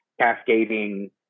cascading